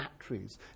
batteries